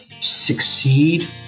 succeed